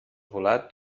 volat